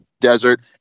desert